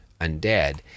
undead